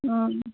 অঁ